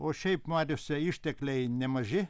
o šiaip mariose ištekliai nemaži